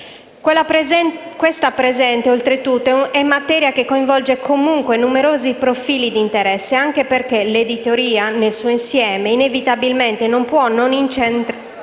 Quella presente, oltretutto, è materia che coinvolge numerosi profili di interesse, anche perché l'editoria (nel suo insieme) inevitabilmente non può non intercettare